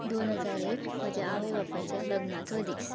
दोन हजार एक म्हाजे आवय बापायच्या लग्नाचो दीस